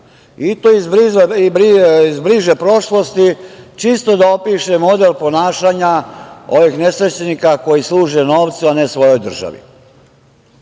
i to iz bliže prošlosti, čisto da opišem model ponašanja ovih nesrećnika koji služe novcu, a ne svojoj državi. Dame